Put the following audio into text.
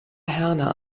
herne